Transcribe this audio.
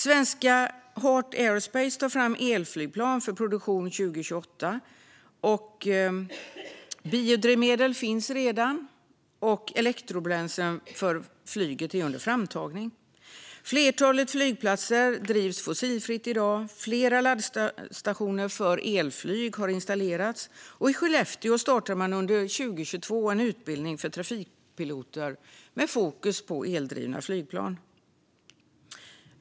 Svenska Heart Aerospace tar fram elflygplan för produktion år 2028. Biodrivmedel finns redan, och elektrobränslen för flyget är under framtagning. Flertalet flygplatser drivs fossilfritt i dag. Flera laddstationer för elflyg har installerats, och i Skellefteå startar man under 2022 en utbildning av trafikpiloter med fokus på eldrivna flygplan.